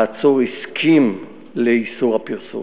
העצור הסכים לאיסור הפרסום.